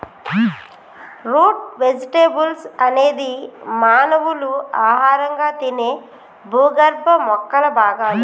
route vegetables అనేది మానవులు ఆహారంగా తినే భూగర్భ మొక్కల భాగాలు